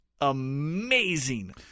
amazing